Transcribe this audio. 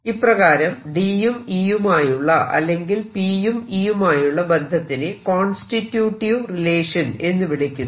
ഇപ്രകാരം D യും E യുമായുള്ള അല്ലെങ്കിൽ P യും E യുമായുള്ള ബന്ധത്തിനെ കോൺസ്റ്റിട്യൂട്ടിവ് റിലേഷൻ എന്ന് വിളിക്കുന്നു